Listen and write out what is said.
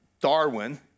Darwin